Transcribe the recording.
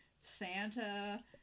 santa